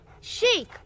Shake